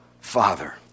Father